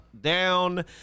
down